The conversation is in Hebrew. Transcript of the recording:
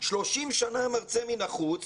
30 שנה מרצה מן החוץ